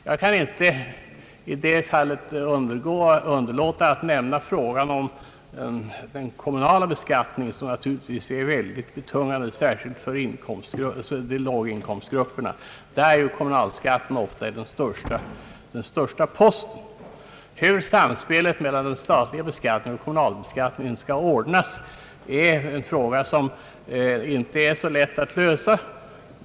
Jag kan inte underlåta att nämna frågan om den kommunala beskattningen, som naturligtvis är mycket betungande särskilt för låginkomstgrupperna, där som bekant kommunalskatten ofta är den största posten. Hur samspelet mellan den statliga och den kommunala beskattningen skall ordnas är ett problem som inte är så lätt att lösa.